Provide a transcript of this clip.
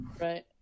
Right